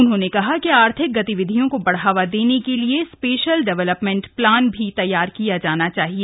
उन्होंने कहा कि आर्थिक गतिविधियों को बढ़ावा देने के लिये स्पेशल डेवलपमेंट प्लान भी तैयार किया जाना चाहिए